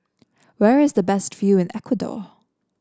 where is the best view in Ecuador